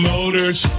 Motors